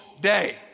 day